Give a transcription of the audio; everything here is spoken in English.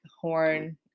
horn